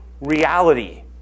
reality